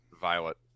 Violet